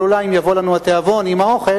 אבל אולי אם יבוא לנו התיאבון עם האוכל,